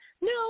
No